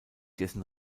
dessen